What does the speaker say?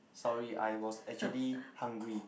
sorry I was actually hungry